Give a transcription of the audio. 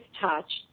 touched